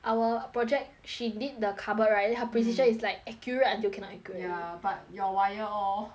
she did the cupboard right mm then her precision is like accurate until cannot accurate already ya but your wire lor